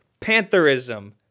pantherism